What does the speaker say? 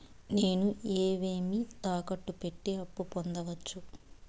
నేను ఏవేవి తాకట్టు పెట్టి అప్పు పొందవచ్చు?